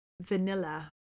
vanilla